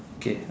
okay